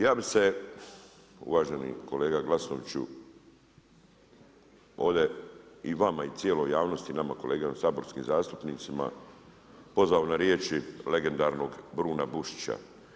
Ja bi se uvaženi kolega Glasnoviću, ovdje i vama cijeloj javnosti, nama kolegama saborskim zastupnicima, pozvao na riječi legendarnog Brune Bušića.